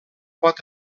pot